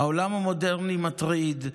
העולם המודרני מטריד,